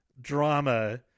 drama